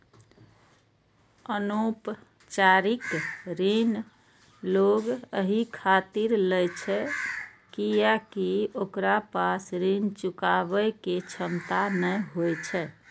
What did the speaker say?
अनौपचारिक ऋण लोग एहि खातिर लै छै कियैकि ओकरा पास ऋण चुकाबै के क्षमता नै होइ छै